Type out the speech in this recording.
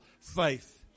faith